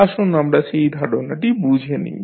আসুন আমরা সেই ধারণাটি বুঝে নিই